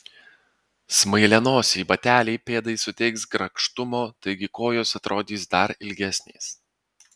smailianosiai bateliai pėdai suteiks grakštumo taigi kojos atrodys dar ilgesnės